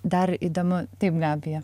dar įdomu taip gabija